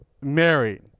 married